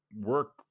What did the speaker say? work